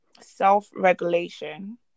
Self-regulation